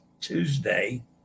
Tuesday